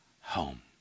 home